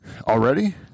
Already